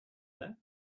there